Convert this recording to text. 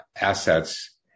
assets